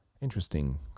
Interesting